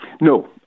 No